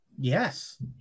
Yes